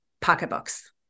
pocketbooks